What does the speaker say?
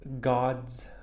God's